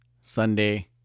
Sunday